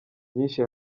myinshi